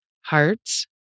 Hearts